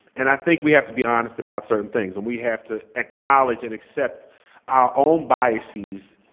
and i think we have to be honest about certain things, and we have to acknowledge and accept our own biases,